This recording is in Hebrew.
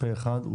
הצבעה